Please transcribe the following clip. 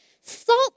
salt